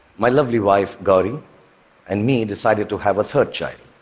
my lovely wife gauri and me decided to have a third child.